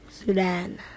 Sudan